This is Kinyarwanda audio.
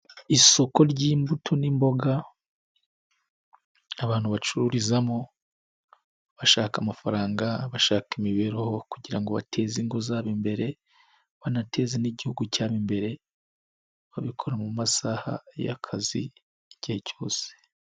Isoko ry'imbuto n'imboga abantu bacururizamo bashaka amafaranga, bashaka imibereho kugira ngo bateze ingo zabo imbere banateze n'igihugu cyabo imbere babikora mu masaha y'akazi igihe cyose.